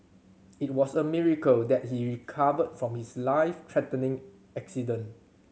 it was a miracle that he recovered from his life threatening accident